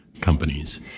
companies